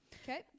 Okay